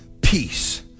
Peace